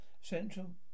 Central